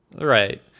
Right